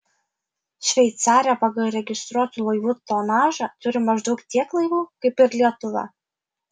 šveicarija pagal registruotų laivų tonažą turi maždaug tiek laivų kaip ir lietuva